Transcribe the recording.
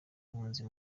impunzi